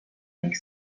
ning